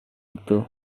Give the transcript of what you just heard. itu